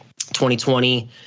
2020